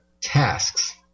tasks